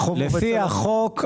לפי החוק,